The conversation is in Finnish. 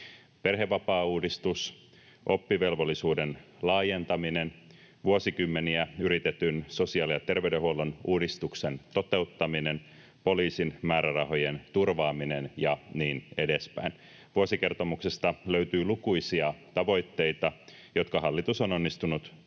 Perhevapaauudistus, oppivelvollisuuden laajentaminen, vuosikymmeniä yritetyn sosiaali- ja terveydenhuollon uudistuksen toteuttaminen, poliisin määrärahojen turvaaminen ja niin edespäin. Vuosikertomuksesta löytyy lukuisia tavoitteita, jotka hallitus on onnistunut